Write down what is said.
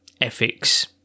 ethics